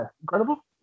incredible